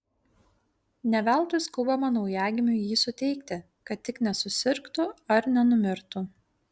ne veltui skubama naujagimiui jį suteikti kad tik nesusirgtų ar nenumirtų